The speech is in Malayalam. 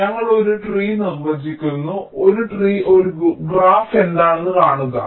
അതിനാൽ ഞങ്ങൾ ഒരു ട്രീ നിർവചിക്കുന്നു ഒരു ട്രീ ഒരു ഗ്രാഫ് എന്താണെന്ന് കാണുക